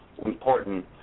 important